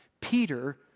Peter